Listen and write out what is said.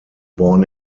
born